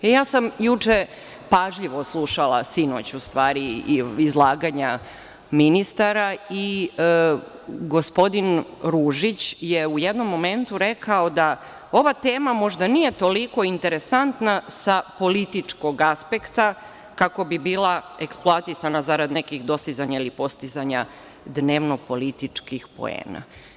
Juče sam pažljivo slušala, sinoć u stvari, izlaganje ministara i gospodin Ružić je u jednom momentu rekao da ova tema možda nije toliko interesantna sa političkog aspekta, kako bi bila eksploatisana zarad nekih dostizanja ili postizanja dnevno političkih poena.